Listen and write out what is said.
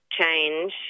change